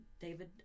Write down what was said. David